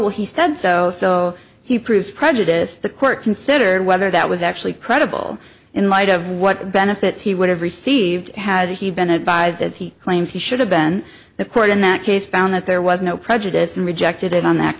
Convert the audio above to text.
well he said so so he proves prejudice the court considered whether that was actually credible in light of what benefits he would have received had he been advised as he claims he should have been the court in that case found that there was no prejudice and rejected it on that